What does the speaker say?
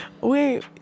Wait